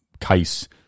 case